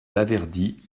laverdy